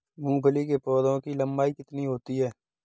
मूंगफली के पौधे की लंबाई कितनी होती है?